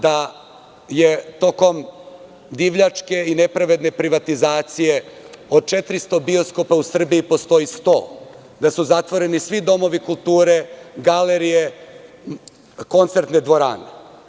Da je tokom divljačke i nepravedne privatizacije od 400 bioskopa u Srbiji postoji 100, da su zatvoreni svi domovi kulture, galerije, koncertne dvorane.